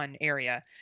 area